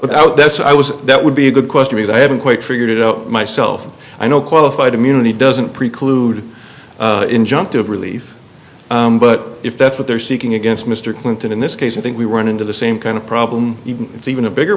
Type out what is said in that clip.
without that's i was that would be a good question because i haven't quite figured it out myself and i know qualified immunity doesn't preclude injunctive relief but if that's what they're seeking against mr clinton in this case i think we run into the same kind of problem even if it's even a bigger